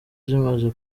zimaze